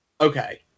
okay